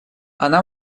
она